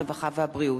הרווחה והבריאות.